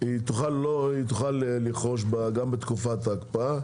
שלה 300 מיליון, תוכל לרכוש גם בתקופת ההקפאה.